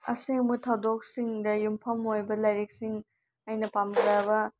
ꯑꯁꯦꯡꯕ ꯊꯧꯗꯣꯛꯁꯤꯡꯗ ꯌꯨꯝꯐꯝ ꯑꯣꯏꯕ ꯂꯥꯏꯔꯤꯛꯁꯤꯡ ꯑꯩꯅ ꯄꯥꯝꯖꯕ